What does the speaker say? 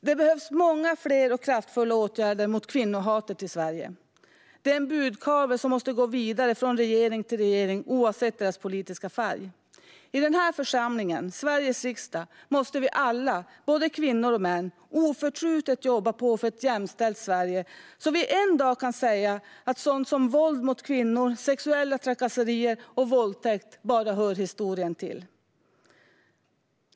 Det behövs många fler och kraftfulla åtgärder mot kvinnohatet i Sverige. Det är en budkavle som måste gå vidare från regering till regering oavsett deras politiska färg. I den här församlingen, Sveriges riksdag, måste vi alla - både kvinnor och män - oförtrutet jobba på för ett jämställt Sverige så att vi en dag kan säga att sådant som våld mot kvinnor, sexuella trakasserier och våldtäkt bara hör historien till.